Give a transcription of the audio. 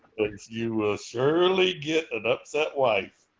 you will surely get an upset wife.